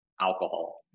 alcohol